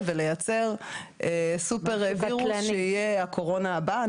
ולייצר סופר וירוס שיהיה הקורונה הבאה.